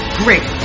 great